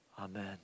Amen